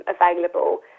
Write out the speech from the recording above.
available